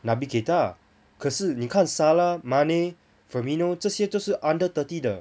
naby keita 可是你看 salah mane firmino 这些都是 under thirty 的